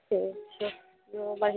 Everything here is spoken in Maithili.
ठीक छै आओर बढ़िआँ